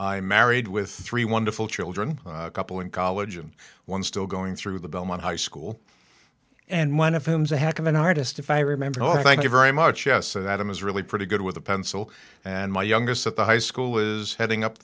i'm married with three wonderful children a couple in college and one still going through the belmont high school and one of him a heck of an artist if i remember or thank you very much yes that i'm is really pretty good with a pencil and my youngest at the high school is heading up